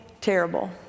terrible